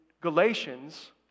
Galatians